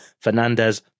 Fernandez